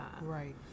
Right